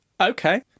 Okay